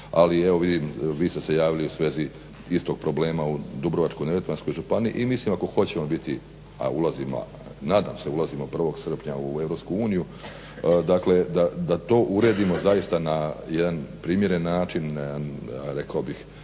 ali evo vidim vi ste se javili u svezi istog problema u Dubrovačko-neretvanskoj županiji i mislim ako hoćemo biti a ulazimo, nadam se ulazimo 1. Srpnja u EU dakle da to uredimo zaista na jedan primjeren način, rekao bih